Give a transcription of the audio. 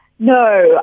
No